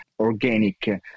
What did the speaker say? organic